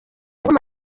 ngoma